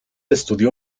estudió